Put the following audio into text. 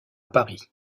paris